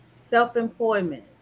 Self-employment